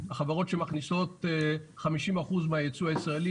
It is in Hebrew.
חברות שמכניסות 50% מהיצוא הישראלי,